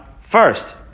first